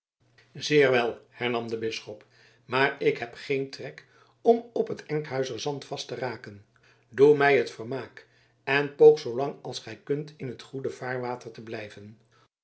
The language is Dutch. zeer wel hernam de bisschop maar ik heb geen trek om op het enkhuizer zand vast te raken doe mij het vermaak en poog zoo lang als gij kunt in t goede vaarwater te blijven